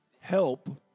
help